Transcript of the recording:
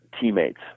teammates